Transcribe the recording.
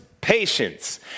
patience